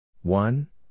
One